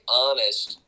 honest